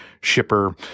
shipper